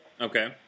Okay